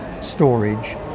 storage